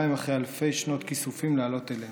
אחרי אלפי שנות כיסופים לעלות אליה.